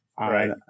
right